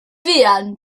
fuan